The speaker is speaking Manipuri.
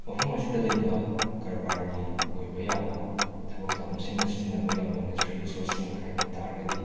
ꯃꯐꯝ ꯑꯁꯤꯗ ꯂꯩꯕ ꯀꯔꯕꯥꯔꯒꯤ ꯑꯣꯏꯕ ꯌꯥꯕ ꯊꯕꯛ ꯊꯧꯔꯝꯁꯤꯡꯗ ꯁꯤꯖꯤꯟꯅꯕ ꯌꯥꯕ ꯅꯦꯆꯔꯦꯜ ꯔꯤꯁꯣꯔꯁꯁꯤꯡ ꯍꯥꯏꯕ ꯇꯥꯔꯒꯗꯤ